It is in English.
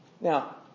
Now